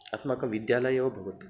अस्माकं विद्यालय एव भवतु